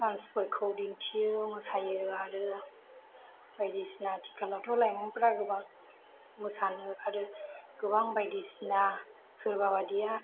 दान्सफोरखौ दिन्थियो मोसायो आरो बायदिसिना आथिखालावथ' लाइमोनफ्रा गोबां मोसानो आरो गोबां बायदिसिना सोरबा बादिया